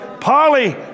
Polly